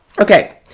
Okay